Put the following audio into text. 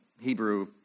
hebrew